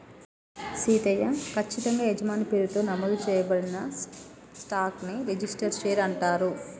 సీతయ్య, కచ్చితంగా యజమాని పేరుతో నమోదు చేయబడిన స్టాక్ ని రిజిస్టరు షేర్ అంటారు